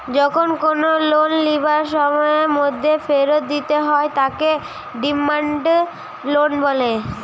যখন কোনো লোন লিবার সময়ের মধ্যে ফেরত দিতে হয় তাকে ডিমান্ড লোন বলে